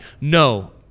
No